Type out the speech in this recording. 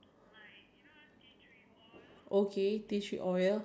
I think I never try it before so I'm not sure